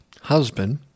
husband